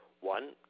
One